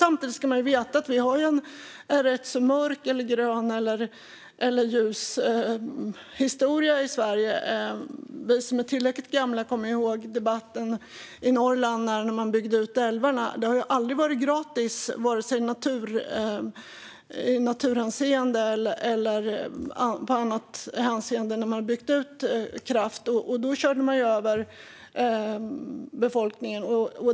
Samtidigt ska man veta att vi har en rätt mörk, eller ljus, grön historia i Sverige. Vi som är tillräckligt gamla kommer ihåg debatten i Norrland när man byggde ut älvarna. Det har aldrig varit gratis i vare sig naturhänseende eller på annat sätt när man har byggt ut kraft. Då körde man över befolkningen.